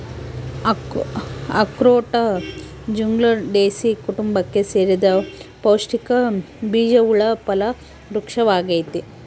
ಅಖ್ರೋಟ ಜ್ಯುಗ್ಲಂಡೇಸೀ ಕುಟುಂಬಕ್ಕೆ ಸೇರಿದ ಪೌಷ್ಟಿಕ ಬೀಜವುಳ್ಳ ಫಲ ವೃಕ್ಪವಾಗೈತಿ